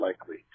likely